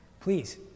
please